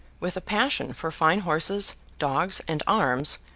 with a passion for fine horses, dogs, and arms,